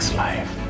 life